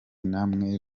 namwe